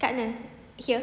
katne here